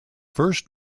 first